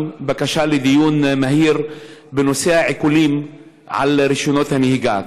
בקשה לדיון מהיר בנושא העיקולים של רישיונות הנהיגה.